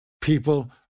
People